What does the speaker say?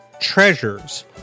treasures